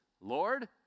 Lord